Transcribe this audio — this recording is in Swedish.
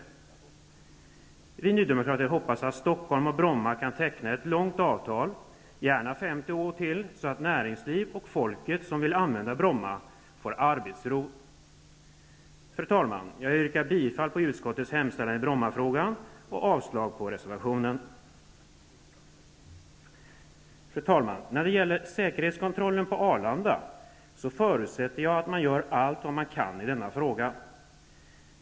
Vi nydemokrater hoppas att Stockholm och Bromma flygplats kan teckna ett långt avtal, gärna 50 år till, så att näringslivet och folket som vill använda Bromma får arbetsro. Fru talman! Jag yrkar bifall till utskottets hemställan i Brommafrågan och avslag på reservationen. När det gäller säkerhetskontrollen på Arlanda förutsätter jag att man gör allt vad man kan i denna fråga.